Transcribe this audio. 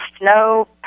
no